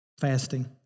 Fasting